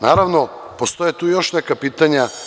Naravno, postoje tu još neka pitanja.